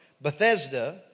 Bethesda